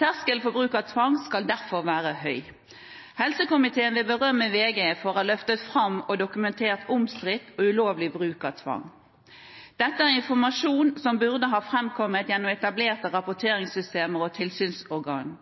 Terskelen for bruk av tvang skal derfor være høy. Helsekomiteen vil berømme VG for å ha løftet fram og dokumentert omstridt og ulovlig bruk av tvang. Dette er informasjon som burde ha framkommet gjennom etablerte rapporteringssystemer og tilsynsorgan.